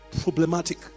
Problematic